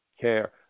care